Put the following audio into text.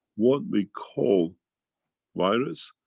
what we call virus,